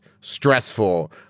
stressful